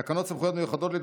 חבר הכנסת יבגני סובה, אינו